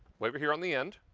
over here on the end.